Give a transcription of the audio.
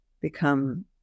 become